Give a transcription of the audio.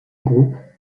groupe